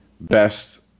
best